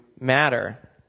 matter